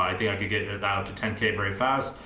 i think i could get to ten k very fast.